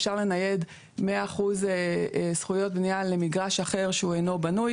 אפשר לנייד 100% זכויות בנייה למגרש אחר שהוא אינו בנוי,